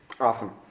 Awesome